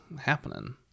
happening